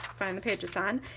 find the page it's on,